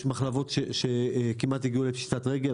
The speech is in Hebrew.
יש מחלבות שכמעט הגיעו לפשיטת רגל,